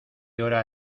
hora